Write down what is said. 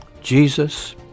Jesus